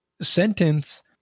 sentence